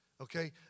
okay